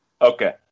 Okay